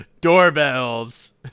doorbells